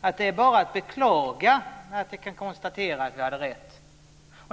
anförande med att säga att jag beklagade att jag kunde konstatera att vi hade rätt.